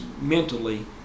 mentally